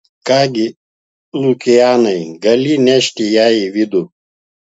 ką gi lukianai gali nešti ją į vidų